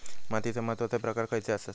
मातीचे महत्वाचे प्रकार खयचे आसत?